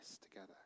together